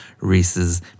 reese's